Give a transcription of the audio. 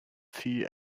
phi